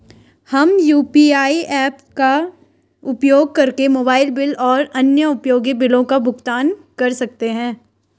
हम UPI apps का उपयोग करके मोबाइल बिल और अन्य उपयोगी बिलों का भुगतान कर सकते हैं